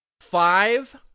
five